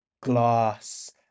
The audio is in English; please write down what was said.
glass